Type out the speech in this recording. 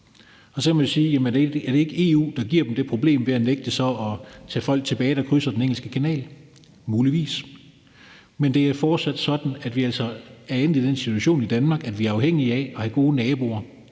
man så spørge, om det ikke er EU, der giver dem det problem ved at nægte at tage folk tilbage, der krydser Den Engelske Kanal. Muligvis, men det er fortsat sådan, at vi altså er endt i den situation i Danmark, at vi er afhængige af at have gode naboer.